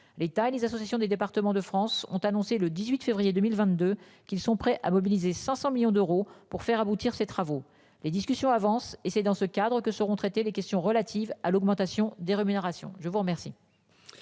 l'État et les associations des départements de France ont annoncé le 18 février 2022 qu'ils sont prêts à mobiliser 500 millions d'euros pour faire aboutir ces travaux. Les discussions avancent et c'est dans ce cadre que seront traitées les questions relatives à l'augmentation des rémunérations, je vous remercie.